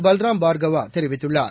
பல்ராம் பார்கவா தெரிவித்துள்ளார்